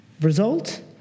Result